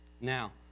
Now